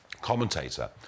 commentator